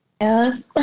yes